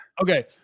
Okay